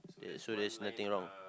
it show there's nothing wrong